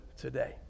today